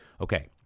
Okay